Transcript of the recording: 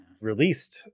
released